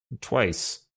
twice